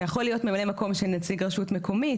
יכול להיות ממלא מקום של נציג רשות מקומית,